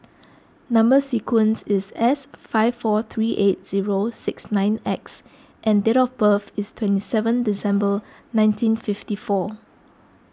Number Sequence is S five four three eight zero six nine X and date of birth is twenty seven December nineteen fifty four